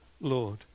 Lord